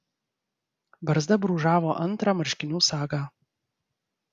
barzda brūžavo antrą marškinių sagą